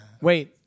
Wait